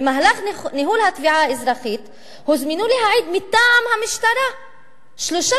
במהלך ניהול התביעה האזרחית הוזמנו להעיד מטעם המשטרה שלושה